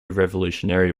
revolutionary